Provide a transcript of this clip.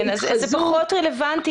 אז זה פחות רלוונטי.